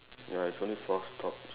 ya it's only four stops